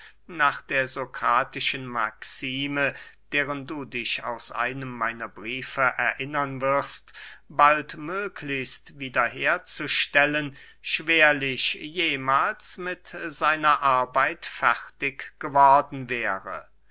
nach der sokratischen maxime deren du dich aus einem meiner briefe erinnern wirst bald möglichst wieder herzustellen schwerlich jemahls mit seiner arbeit fertig geworden wäre